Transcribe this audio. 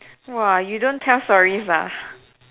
!wah! you don't tell stories ah